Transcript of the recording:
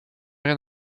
rien